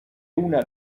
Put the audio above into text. una